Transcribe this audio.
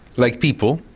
like people,